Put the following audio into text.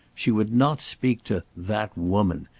she would not speak to that woman,